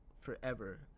forever